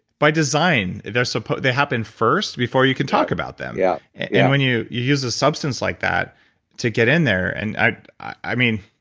by design, so they happen first, before you can talk about them. yeah yeah when you you use a substance like that to get in there, and i i mean,